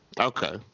Okay